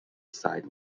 site